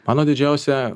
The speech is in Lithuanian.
mano didžiausia